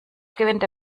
gewinde